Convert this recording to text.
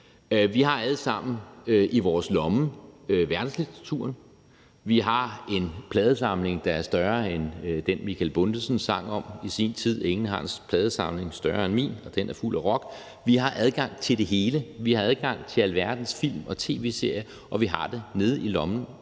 Vi har alle sammen i vores lomme verdenslitteraturen; vi har en pladesamling, der er større end den, Michael Bundesen sang om i sin tid: »Ingen har en pladesamling større end min. Og den er fuld af rock«. Vi har adgang til det hele; vi har adgang til alverdens film og tv-serier, og vi har det nede i lommen